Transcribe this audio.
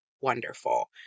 wonderful